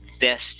best